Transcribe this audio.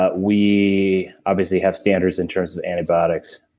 ah we obviously have standards in terms of antibiotics,